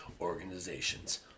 organizations